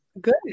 good